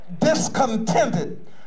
discontented